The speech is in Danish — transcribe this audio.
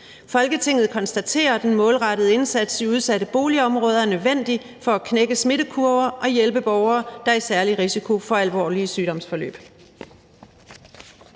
Folketinget konstaterer, at en målrettet indsats i udsatte boligområder er nødvendig for at knække smittekurver og hjælpe borgere, der er i særlig risiko for alvorlige sygdomsforløb.«